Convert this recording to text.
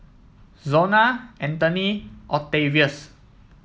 Zona Antony Octavius